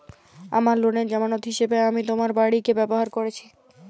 আমার লোনের জামানত হিসেবে আমি আমার বাড়িকে ব্যবহার করেছি